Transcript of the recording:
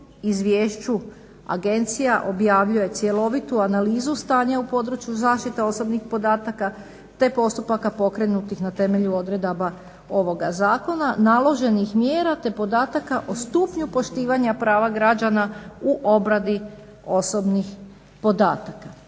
izvješću agencija objavljuje cjelovitu analizu stanja u području zaštite osobnih podataka, te postupaka pokrenutih na temelju odredaba ovoga zakona, naloženih mjera, te podataka o stupnju poštivanja prava građana u obradi osobnih podataka".